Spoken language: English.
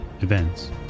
events